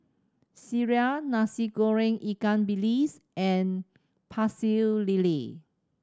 sireh Nasi Goreng ikan bilis and Pecel Lele